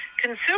consumers